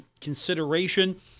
consideration